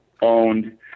owned